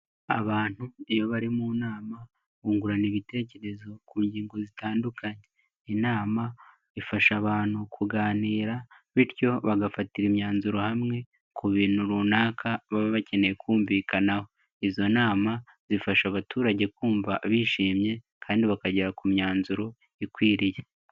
Abantu iyo bari mu nama bungurana ibitekerezo ku ngingo zitandukanye. Inama ifasha abantu kuganira bityo bagafatira imyanzuro hamwe ku bintu runaka baba bakeneye kumvikanaho. Izo nama zifasha abaturage kumva bishimye, kandi bakagera ku myanzuro ikwiriye.